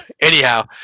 anyhow